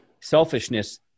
Selfishness